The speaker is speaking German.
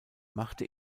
machte